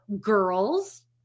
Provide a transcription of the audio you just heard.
Girls